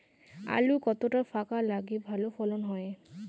আলু কতটা ফাঁকা লাগে ভালো ফলন হয়?